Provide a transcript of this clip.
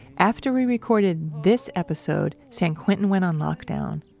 after we recorded this episode, san quentin went on lockdown.